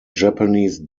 japanese